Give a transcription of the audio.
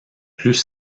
plus